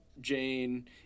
Jane